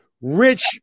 rich